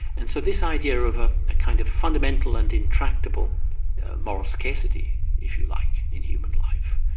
and so this idea of a a kind of fundamental and intractable moral scarcity if you like in human life,